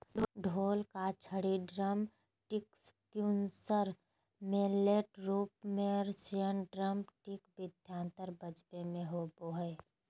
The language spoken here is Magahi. ढोल का छड़ी ड्रमस्टिकपर्क्यूशन मैलेट रूप मेस्नेयरड्रम किट वाद्ययंत्र बजाबे मे होबो हइ